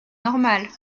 normales